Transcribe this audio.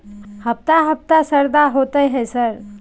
हफ्ता हफ्ता शरदा होतय है सर?